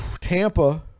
Tampa